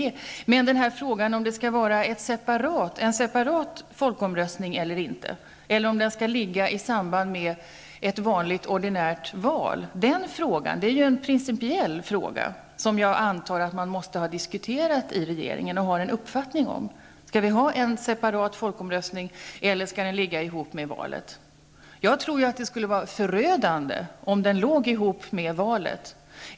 Men den principiella frågan om huruvida det skall vara en separat folkomröstning eller om den skall företas i samband med ett ordinärt val, antar jag att regeringen måste ha diskuterat och kommit fram till någon uppfattning om. Skall det vara en separat folkomröstning eller skall den genomföras i samband med ett val? Jag tror att det skulle vara förödande om folkomröstningen genomfördes i samband med valet.